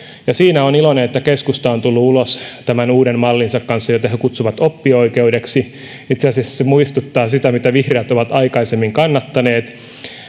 ja siinä olen iloinen että keskusta on tullut ulos tämän uuden mallinsa kanssa jota he he kutsuvat oppioikeudeksi itse asiassa se muistuttaa sitä mitä vihreät ovat aikaisemmin kannattaneet